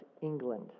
England